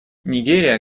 нигерия